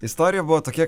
istorija buvo tokia